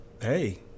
hey